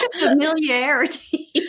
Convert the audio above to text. Familiarity